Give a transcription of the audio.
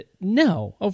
No